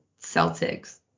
Celtics